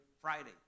Friday